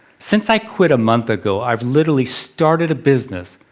since i quit a month ago, i've literally started a business,